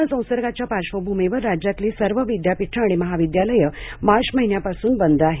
corona संसर्गाच्या पार्श्वभूमीवर राज्यातली सर्व विद्यापीठं आणि महाविद्यालयं मार्च महिन्यापासून बंद आहेत